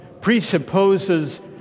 presupposes